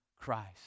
Christ